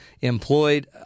employed